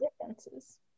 differences